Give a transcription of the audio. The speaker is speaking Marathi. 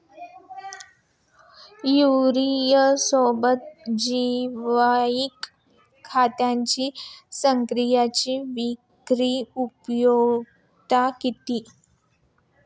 युरियासोबत जैविक खतांची सक्तीच्या विक्रीची उपयुक्तता किती?